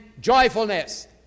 joyfulness